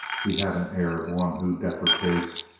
he had an air of one who deprecates,